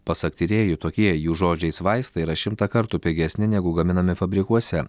pasak tyrėjų tokie jų žodžiais vaistai yra šimtą kartų pigesni negu gaminami fabrikuose